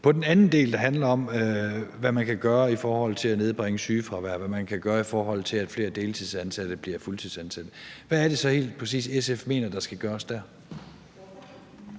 på den anden del, der handler om, hvad man kan gøre i forhold til at nedbringe sygefravær, og hvad man kan gøre, i forhold til at flere deltidsansatte bliver fuldtidsansat, hvad er det så helt præcis, SF mener der skal gøres der?